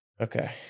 Okay